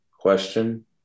question